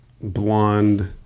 blonde